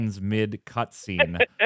mid-cutscene